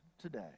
today